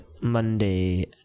Monday